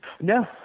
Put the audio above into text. No